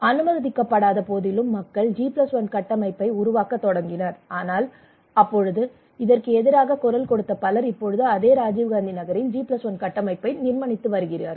அனுமதிக்கப்படாத போதிலும் மக்கள் ஜி 1 கட்டமைப்பை உருவாக்கத் தொடங்கினர் ஆனால் அப்பொழுது இதற்கு எதிராக குரல் கொடுத்த பலர் இப்பொழுது அதே ராஜீவ் காந்தி நகரில் ஜி 1 கட்டமைப்பை நிர்மாணித்து வருகிறார்கள்